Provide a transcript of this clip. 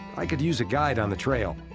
i could use a guide on the trail.